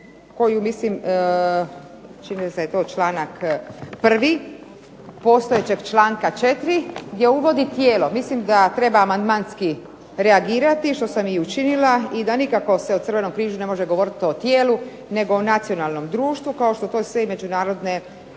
koju mislim čini mi se da je to članak 1. postojećeg članka 4. gdje uvodi tijelo. Mislim da treba amandmanski reagirati što sam i učinila i da nikako se o Crvenom križu ne može govoriti o tijelu, nego o nacionalnom društvu kao što i sve međunarodne